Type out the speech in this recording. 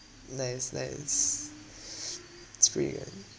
nice nice it's pretty good